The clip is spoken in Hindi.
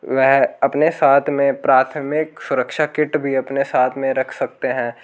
वे अपने साथ में प्राथमिक सुरक्षा किट भी अपने साथ में रख सकते हैं